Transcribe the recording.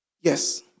yes